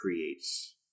creates